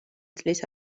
წლის